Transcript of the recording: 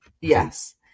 Yes